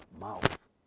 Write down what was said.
mouth